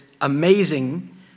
amazing